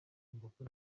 ingufu